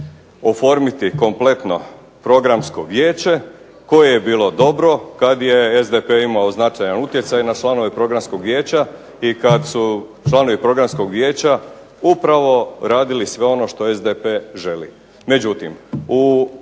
oformiti kompletno Programsko vijeće koje je bilo dobro kad je SDP imao značajan utjecaj na članove Programskog vijeća i kad su članovi Programskog vijeća upravo radili sve ono što SDP želi.